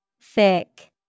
Thick